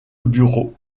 bureau